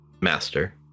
master